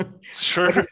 Sure